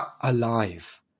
alive